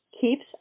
keeps